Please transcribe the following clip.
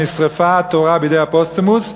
שנשרפה התורה בידי אפוסטמוס,